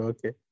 Okay